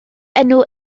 enw